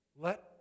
Let